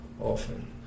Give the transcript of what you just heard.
often